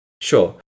sure